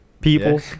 People